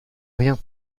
rien